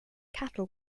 cattle